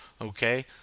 okay